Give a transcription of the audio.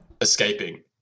escaping